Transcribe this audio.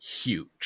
huge